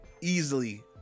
Easily